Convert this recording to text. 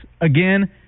Again